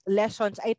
lessons